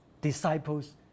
disciples